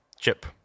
chip